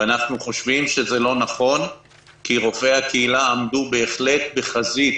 אנחנו חושבים שזה לא נכון כי רופאי הקהילה עמדו בהחלט בחזית